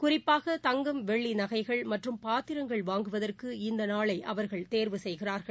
குறிப்பாக தங்கம் வெள்ளி நகைகள் மற்றும் பாத்திரங்கள் வாங்குவதற்கு இந்த நாளை அவர்கள் தேர்வு செய்கிறா்கள்